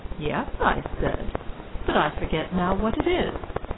yes, i said but i forget now what it is